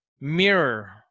mirror